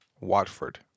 Watford